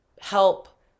help